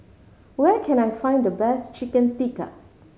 where can I find the best Chicken Tikka